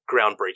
groundbreaking